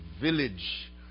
village